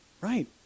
Right